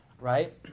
right